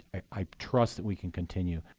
i trust that we can continue,